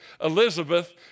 Elizabeth